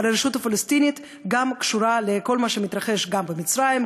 אבל הרשות הפלסטינית קשורה גם לכל מה שמתרחש במצרים,